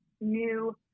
new